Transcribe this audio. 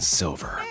silver